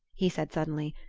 he said suddenly,